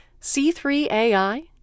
C3AI